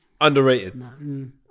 Underrated